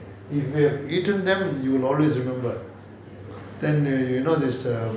if you have eaten them you'll always remember then the you know this err